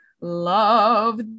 love